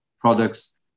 products